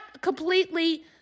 completely